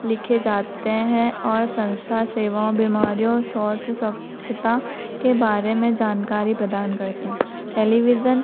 लिखे जाते हैं और संस्था सेवाओं बीमारियों स्वास्थ्य स्वच्छता के बारे में जानकारी प्रदान करते हैं टेलीविज़न